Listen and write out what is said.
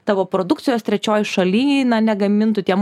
tavo produkcijos trečioj šaly na negamintų tie